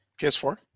PS4